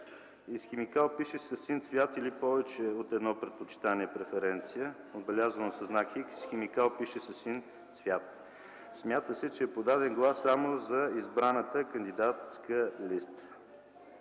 и с химикал, пишещ „със син цвят” или повече от едно предпочитание (преференция), отбелязвано със знак „Х” и с химикал, пишещ „със син цвят”. Смята се, че е подаден глас само за избраната кандидатска листа.